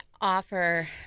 offer